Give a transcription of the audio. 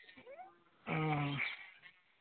ᱚᱻ